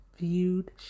viewed